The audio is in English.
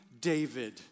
David